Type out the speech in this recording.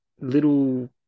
little